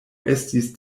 estis